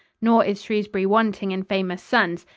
nor is shrewsbury wanting in famous sons.